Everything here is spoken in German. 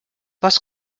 was